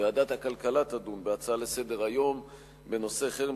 ועדת הכלכלה תדון בהצעה לסדר-היום בנושא: חרם